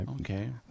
Okay